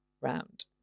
round